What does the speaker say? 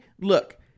look